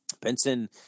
Benson